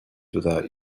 without